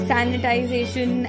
Sanitization